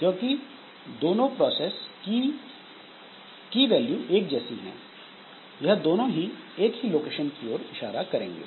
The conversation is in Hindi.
क्योंकि दोनों प्रोसेस की की वैल्यू एक जैसी हैं यह दोनों ही एक ही लोकेशन की ओर इशारा करेंगे